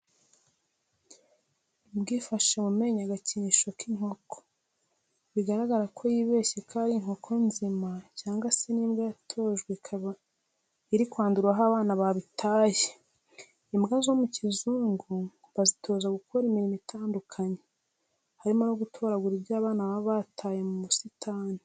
Imbwa ifashe mu menyo agakinisho k'inkoko, bigaragara ko yibeshye ko ari inkoko nzima cyangwa se ni imbwa yatojwe ikaba iri kwandurura aho abana babitaye. Imbwa zo mu kizungu bazitoza gukora imirimo itandukanye, harimo no gutoragura ibyo abana baba bataye mu busitani.